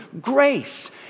grace